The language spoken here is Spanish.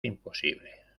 imposible